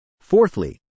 Fourthly